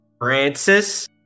Francis